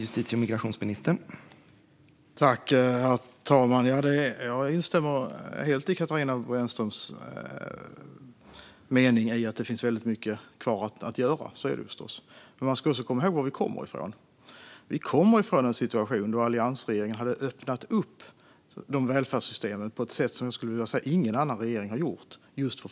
Herr talman! Jag instämmer helt i Katarina Brännströms beskrivning av att det finns mycket kvar att göra. Så är det förstås. Men man ska också komma ihåg var vi kommer ifrån. Vi kommer ifrån en situation där alliansregeringen hade öppnat upp välfärdssystemen för fusk och fiffel på ett sätt som jag skulle vilja säga att ingen annan regering har gjort.